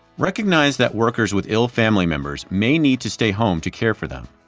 recognize that workers with ill family members may need to stay home to care for them.